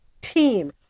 team